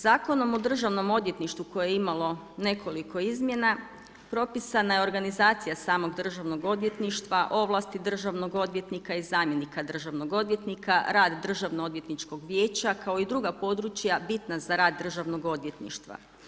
Zakonom o Državnom odvjetništvu koje je imalo nekoliko izmjena, propisana je organizacija samog Državnog odvjetništva, ovlasti državnog odvjetnika i zamjenika državnog odvjetnika, rad Državnoodvjetničkog vijeća kao i druga područja bitna za rad Državnog odvjetništva.